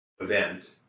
event